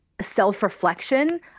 self-reflection